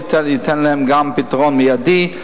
ייתן להם גם פתרון מיידי,